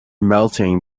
melting